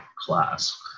class